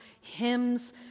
hymns